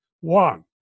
one